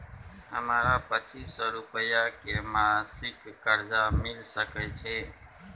हमरा पच्चीस सौ रुपिया के मासिक कर्जा मिल सकै छै?